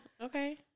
okay